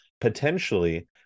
potentially